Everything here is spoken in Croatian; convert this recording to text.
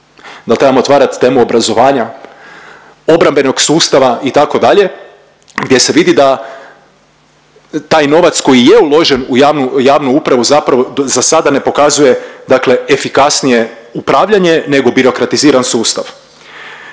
Da li trebam otvarat temu obrazovanja, obrambenog sustava itd. gdje se vidi da taj novac koji je uložen u javnu, javnu upravu zapravo za sada ne pokazuje dakle efikasnije upravljanje nego birokratiziran sustav.